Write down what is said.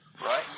right